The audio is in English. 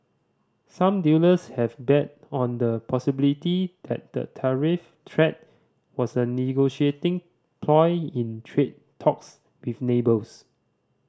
some dealers have bet on the possibility that the tariff threat was a negotiating ploy in trade talks with neighbours